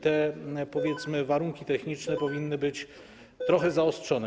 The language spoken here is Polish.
Te, powiedzmy, warunki techniczne powinny być trochę zaostrzone.